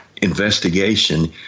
investigation